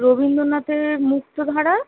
রবীন্দ্রনাথের মুক্তধারা